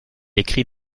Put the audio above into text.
écrit